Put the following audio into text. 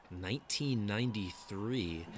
1993